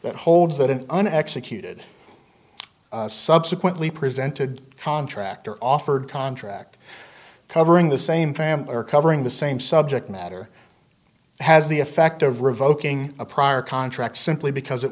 that holds that in an executed subsequently presented contract or offered contract covering the same family or covering the same subject matter has the effect of revoking a prior contract simply because it